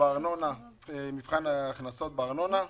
מבחן ההכנסות בארנונה.